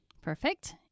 Perfect